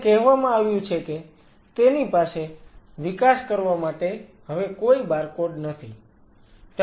અને કહેવામાં આવ્યું છે કે તેની પાસે વિકાસ કરવા માટે હવે કોઈ બારકોડ નથી